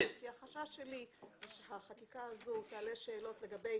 החשש שלי הוא שהחקיקה הזו תעלה שאלות לגבי